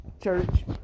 church